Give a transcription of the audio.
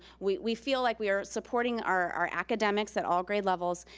we we feel like we are supporting our our academics at all grade levels.